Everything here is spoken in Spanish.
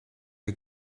que